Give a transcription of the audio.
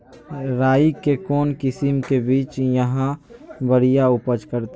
राई के कौन किसिम के बिज यहा बड़िया उपज करते?